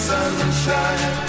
sunshine